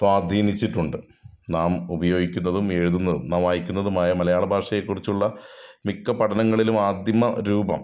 സ്വാധീനിച്ചിട്ടുണ്ട് നാം ഉപയോഗിക്കുന്നതും എഴുതുന്നതും നാം വായിക്കുന്നതുമായ മലയാള ഭാഷയെക്കുറിച്ചുള്ള മിക്ക പഠനങ്ങളിലും ആദ്യമ രൂപം